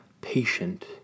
patient